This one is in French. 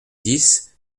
dix